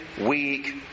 week